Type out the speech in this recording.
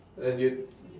and you